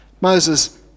Moses